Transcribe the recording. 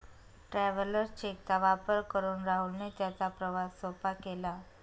travellers cheque चा वापर करून राहुलने त्याचा प्रवास सोपा केला